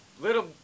little